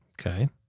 Okay